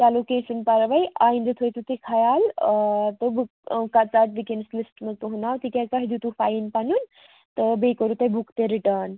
چلو کیٚنٛہہ چھُنہٕ پرواے وۅنۍ آینٛدٕ تھٲوزیٚو تُہۍ خیال آ تہٕ بہٕ کَڈٕ وُنکیٚنَس لِسٹہٕ منٛز تُہُنٛد ناو تہِ کیٛازِ تۅہہِ دِیُتوٕ فایِن پَنُن تہٕ بیٚیہِ کٔروٕ تۄہہِ بُک تہِ رِٹٲرٕن